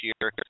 year